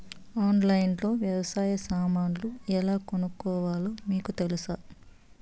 ఆన్లైన్లో లో వ్యవసాయ సామాన్లు ఎలా కొనుక్కోవాలో మీకు తెలుసా?